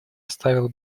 оставил